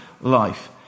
life